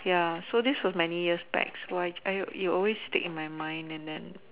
ya so this was many years back why I it's always stick on my mind and then